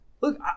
Look